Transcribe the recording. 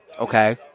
okay